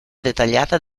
dettagliata